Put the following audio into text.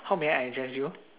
how may I address you